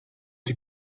die